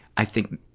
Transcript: i think.